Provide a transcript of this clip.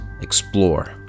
explore